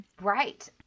Right